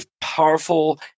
powerful